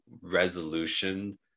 resolution